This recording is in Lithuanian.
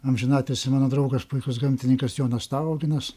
amžinatilsį mano draugas puikus gamtininkas jonas tauginas